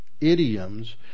idioms